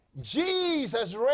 Jesus